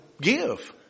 give